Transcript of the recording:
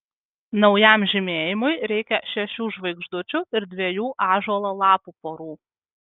naujam žymėjimui reikia šešių žvaigždučių ir dviejų ąžuolo lapų porų